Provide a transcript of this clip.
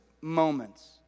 moments